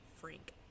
Frank